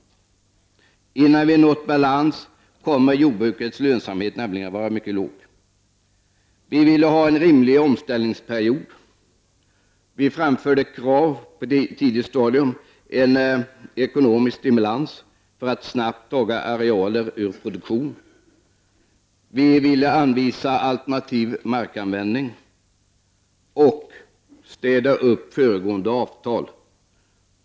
Innan det har uppnåtts en balans kommer jordbrukets lönsamhet att vara låg. Vi vill ha en rimlig omställningsperiod, och vi framförde krav på det på ett tidigt stadium. Det skall vara en ekonomisk stimulans för att snabbt ta arealer ur produktion. Vi vill anvisa alternativ markanvändning. Vidare vill vi städa upp föregående avtal.